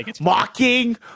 mocking